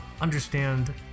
understand